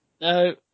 No